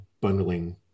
bundling